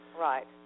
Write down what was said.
Right